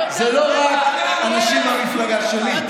זה לא רק אנשים מהמפלגה שלי,